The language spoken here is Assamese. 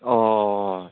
অঁ অঁ